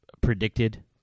predicted